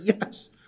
Yes